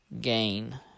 gain